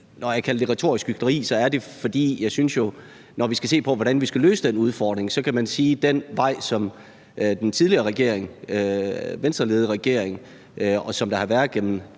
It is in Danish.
Når jeg kaldte det retorisk hykleri, er det, fordi jeg jo synes, at vi, når vi skal se på, hvordan vi skal løse den udfordring, kan sige, at den vej, som den tidligere Venstreledede regering gik – og som der har været i